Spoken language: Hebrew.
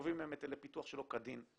גובים מהם היטלי פיתוח שלא כדין,